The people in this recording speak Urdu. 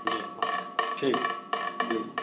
جی ہاں ٹھیک دے دو